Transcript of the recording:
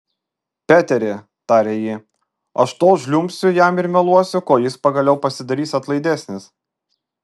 peteri tarė ji aš tol žliumbsiu jam ir meluosiu kol jis pagaliau pasidarys atlaidesnis